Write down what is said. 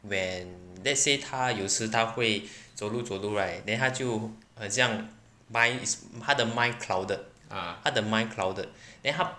when let's say 他有时他会走路走路 right then 他就很像 mind is 他的 mind clouded 他的 mind clouded then 他